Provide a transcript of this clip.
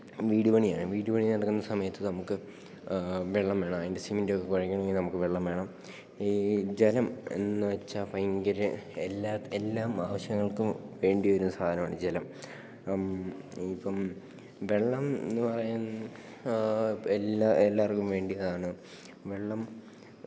വീടുപണിയാൻ വീടുപണി നടക്കുന്ന സമയത്ത് നമുക്ക് വെള്ളം വേണം അതിൻ്റെ സിമന്റൊക്കെ കുഴയ്ക്കണമെങ്കില് നമുക്ക് വെള്ളം വേണം ഈ ജലം എന്നുവച്ചാല് ഭയങ്കര എല്ലാ ആവശ്യങ്ങൾക്കും വേണ്ടിവരുന്ന സാധനമാണ് ജലം ഇപ്പോള് വെള്ളമെന്നു പറയാൻ എല്ലാ എല്ലാവർക്കും വേണ്ടിയതാണ് വെള്ളം